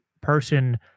person